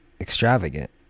extravagant